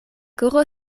koro